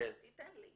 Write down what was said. תיתן לי.